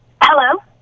Hello